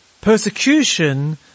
Persecution